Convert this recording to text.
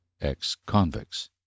ex-convicts